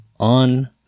on